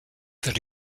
that